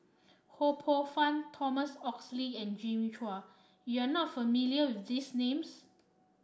Ho Poh Fun Thomas Oxley and Jimmy Chua you are not familiar with these names